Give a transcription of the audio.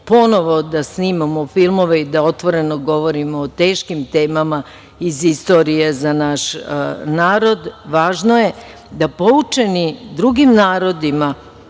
da snimamo filmove i da otvoreno govorimo o teškim temama iz istorije za naš narod. Važno je da poučeni drugim narodima